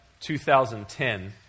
2010